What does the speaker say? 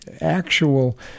actual